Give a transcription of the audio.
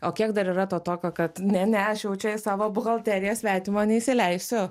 o kiek dar yra to tokio kad ne ne aš jau čia į savo buhalteriją svetimo neįsileisiu